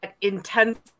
intense